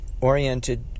oriented